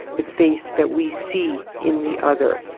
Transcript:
the face that we see in the other,